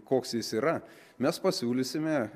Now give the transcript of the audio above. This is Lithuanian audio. koks jis yra mes pasiūlysime